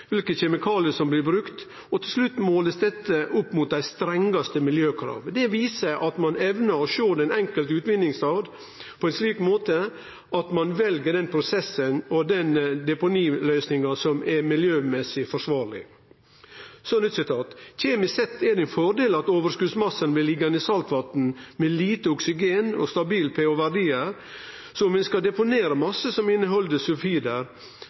kjemikaliar som blir brukte. Til slutt blir dette målt opp mot dei strengaste miljøkrav. Det viser at ein evner å sjå den enkelte utvinningsstaden på ein slik måte at ein vel den prosessen og den deponiløysinga som er miljømessig forsvarleg. Så eit nytt sitat: «Kjemisk sett er det fordeler med at overskuddsmassene blir liggende i saltvann hvor det er lite oksygen og stabil pH-verdi. Hvis du skal deponere masser som inneholder sulfider,